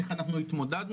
איך אנחנו התמודדנו,